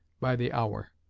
by the hour.